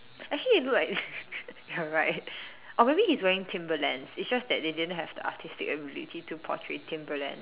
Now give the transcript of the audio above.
actually it look like you're right or maybe he's wearing Timberlands it's just that they didn't have the artistic ability to portray Timberland